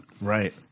right